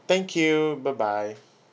thank you bye bye